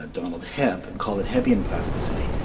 ah donald hebb, and called it hebbian plasticity.